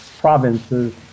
provinces